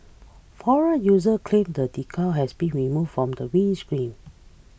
forum users claimed the decal has been removed from the windscreen